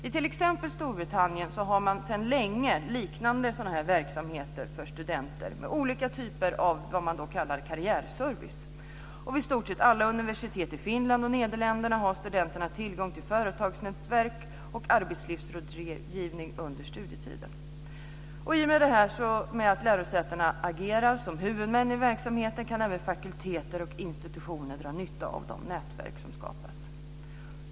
I t.ex. Storbritannien har man sedan länge liknande sådana verksamheter för studenter, med olika typer av s.k. karriärservice. Vid i stort sett alla universitet i Finland och i Nederländerna har studenterna tillgång till företagsnätverk och arbetslivsrådgivning under studietiden. I och med att lärosätena agerar som huvudmän i dessa aktiviteter kan även fakulteter och institutioner dra nytta av de nätverk som skapas.